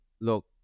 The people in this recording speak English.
look